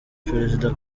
perezida